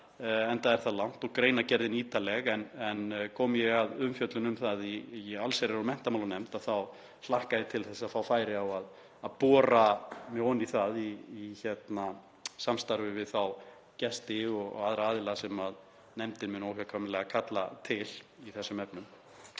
enda er það langt og greinargerðin ítarleg, en komi ég að umfjöllun um það í allsherjar- og menntamálanefnd hlakka ég til að fá færi á að bora mig ofan í það í samstarfi við þá gesti og aðra aðila sem nefndin mun óhjákvæmilega kalla til í þessum efnum.